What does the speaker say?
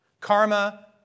Karma